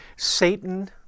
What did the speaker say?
Satan